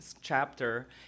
chapter